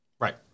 Right